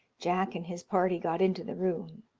jack and his party got into the room,